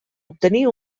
obtenir